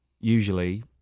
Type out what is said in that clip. usually